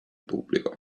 pubblico